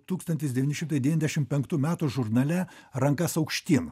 tūkstantis devyni šimti devyniasdešimt penktų metų žurnale rankas aukštyn